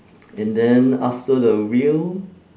and then after the wheel